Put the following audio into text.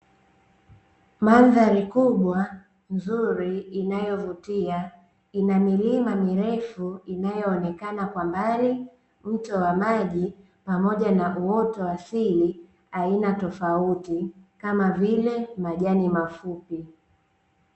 Mandhari kubwa nzuri inayovutia. Ina milima mirefu inayoonekana kwa mbali, mto wa maji pamoja na uoto wa asili wa aina tofauti kama vile majani mafupi.